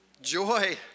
Joy